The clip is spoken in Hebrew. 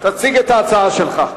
תציג את ההצעה שלך.